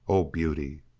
oh beauty!